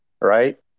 right